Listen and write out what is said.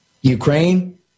Ukraine